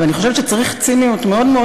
ואני חושבת שצריך ציניות מאוד מאוד